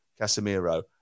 casemiro